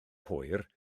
hwyr